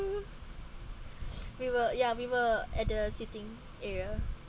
we were ya we were at the sitting area